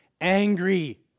angry